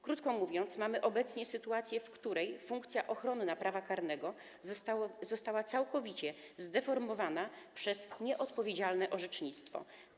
Krótko mówiąc, mamy obecnie sytuację, w której funkcja ochronna prawa karnego została całkowicie zdeformowana przez nieodpowiedzialne orzecznictwo.